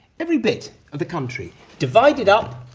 every bit of the country divided up.